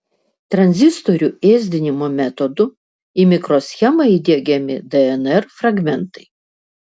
tranzistorių ėsdinimo metodu į mikroschemą įdiegiami dnr fragmentai